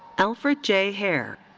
alfred j. hayre.